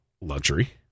luxury